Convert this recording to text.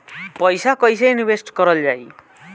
पैसा कईसे इनवेस्ट करल जाई?